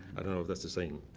i don't know if that's the same.